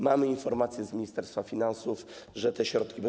Mamy informację z Ministerstwa Finansów, że te środki będą.